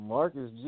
Marcus